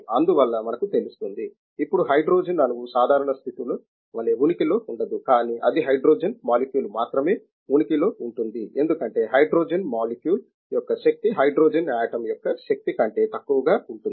అందువల్ల మనకు తెలుస్తుంది ఇప్పుడు హైడ్రోజన్ అణువు సాధారణ పరిస్థితుల వలే ఉనికిలో ఉండదు కానీ అది హైడ్రోజన్ మాలిక్యూల్ మాత్రమే ఉనికిలో ఉంటుంది ఎందుకంటే హైడ్రోజన్ మాలిక్యూల్ యొక్క శక్తి హైడ్రోజన్ ఆటమ్ యొక్క శక్తి కంటే తక్కువగా ఉంటుంది